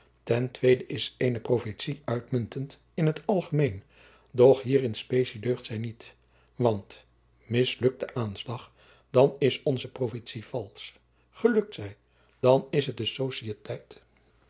ten tweeden is eene profetie uitmuntend in t algemeen doch hier in specie deugt zij niet want mislukt de aanslag dan is onze profetie valsch gelukt zij dan is het de